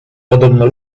podobno